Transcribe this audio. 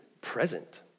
present